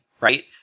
right